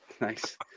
Nice